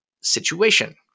situation